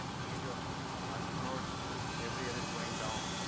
ah age of entrepreneurs every year is going down.